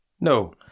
No